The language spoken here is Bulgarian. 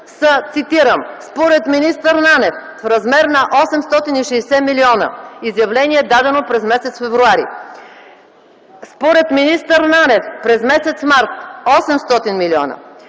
цитирам: според министър Нанев – в размер на 860 милиона, изявление дадено през м. февруари; според министър Нанев, през м. март – 800 милиона;